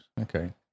Okay